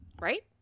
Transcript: Right